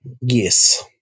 Yes